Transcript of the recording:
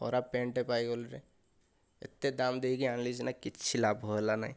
ଖରାପ ପ୍ୟାଣ୍ଟଟେ ପାଇଗଲିରେ ଏତେ ଦାମ ଦେଇକି ଆଣିଲି ସିନା କିଛି ଲାଭ ହେଲା ନାହିଁ